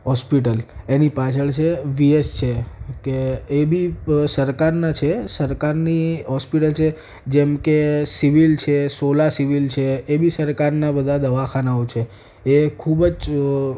hospital એની પાછળ છે વીએસ છે કે એ બી સરકારનાં છે સરકારની હોસ્પિટલ છે જેમકે સીવિલ છે સોલા સિવિલ છે એ બી સરકારનાં બધાં દવાખાનાઓ છે એ ખૂબ જ